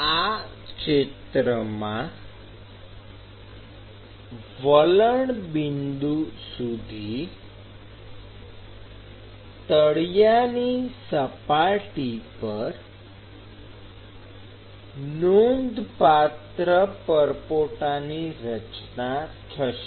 આ ક્ષેત્રમાં વલણ બિંદુ સુધી તળિયાની સપાટી પર નોંધપાત્ર પરપોટાની રચના થશે